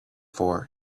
for